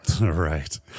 Right